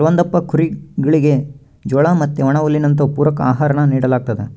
ಕೆಲವೊಂದಪ್ಪ ಕುರಿಗುಳಿಗೆ ಜೋಳ ಮತ್ತೆ ಒಣಹುಲ್ಲಿನಂತವು ಪೂರಕ ಆಹಾರಾನ ನೀಡಲಾಗ್ತತೆ